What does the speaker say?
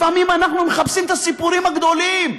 לפעמים אנחנו מחפשים את הסיפורים הגדולים,